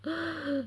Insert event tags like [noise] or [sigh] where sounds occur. [breath]